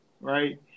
right